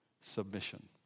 submission